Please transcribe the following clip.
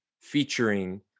featuring